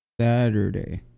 Saturday